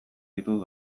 ditut